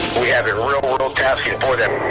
we have a real world tasking for them.